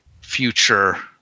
future